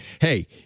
Hey